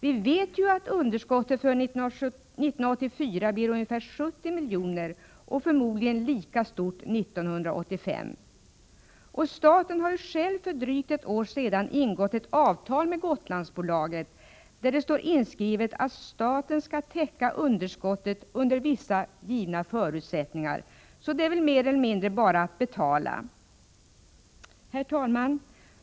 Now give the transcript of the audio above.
Vi vet ju att underskottet för 1984 blir ungefär 70 miljoner och förmodligen lika stort 1985. Staten har ju själv för drygt ett år sedan ingått ett avtal med Gotlandsbolaget, där det står inskrivet att staten skall täcka underskottet under vissa givna förutsättningar, så det är väl mer eller mindre bara att betala. Herr talman!